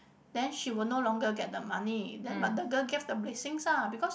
then she will no longer get the money then but the girl gave the blessings lah because